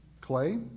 clay